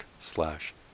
slash